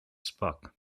spock